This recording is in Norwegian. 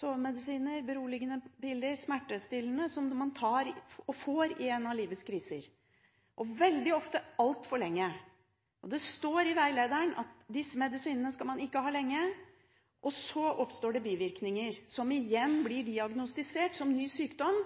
sovemedisiner, beroligende piller og smertestillende tabletter. Det er det man tar, og får, i forbindelse med livets kriser – veldig ofte altfor lenge. Det står i veilederen at man ikke skal ta disse medisinene lenge. Så oppstår det bivirkninger, som blir diagnostisert som ny sykdom,